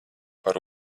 par